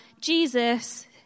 Jesus